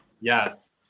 Yes